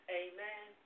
amen